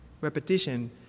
repetition